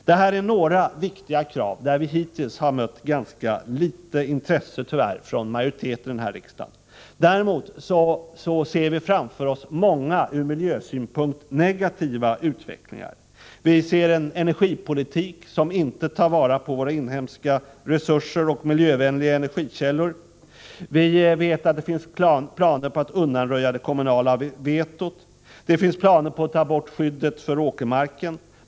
Det här är några viktiga krav som hittills tyvärr mött ganska litet intresse hos majoriteten i riksdagen. Däremot ser vi framför oss många ur miljösynpunkt negativa utvecklingar. Vi har en energipolitik som inte tar vara på inhemska resurser och miljövänliga energikällor. Vi vet att det finns planer på att undanröja det kommunala vetot. Det finns planer på att ta bort skyddet för åkermarker.